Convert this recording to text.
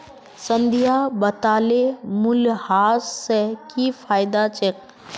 संध्या बताले मूल्यह्रास स की फायदा छेक